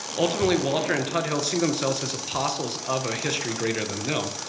ultimately, walter and tuthill see themselves as apostles of a history greater than them,